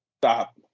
Stop